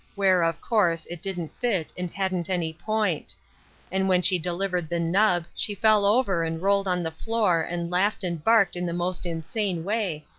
where, of course, it didn't fit and hadn't any point and when she delivered the nub she fell over and rolled on the floor and laughed and barked in the most insane way,